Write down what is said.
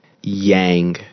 Yang